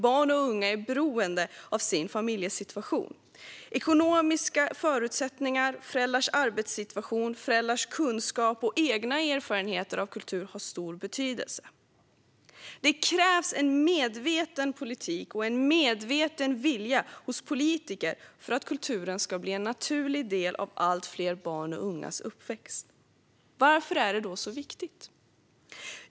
Barn och unga är beroende av sin familjesituation. Ekonomiska förutsättningar, föräldrars arbetssituation och föräldrars kunskap och egna erfarenheter av kultur har stor betydelse. Det krävs en medveten politik och en medveten vilja hos politiker för att kulturen ska bli en naturlig del av allt fler barns och ungas uppväxt. Varför är det då så viktigt?